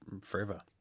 forever